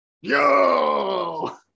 Yo